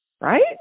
Right